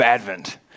Advent